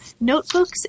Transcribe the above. Notebooks